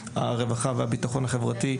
התרבות והספורט של הכנסת.